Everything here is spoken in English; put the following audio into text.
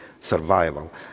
survival